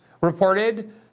reported